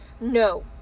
no